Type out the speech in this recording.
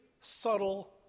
subtle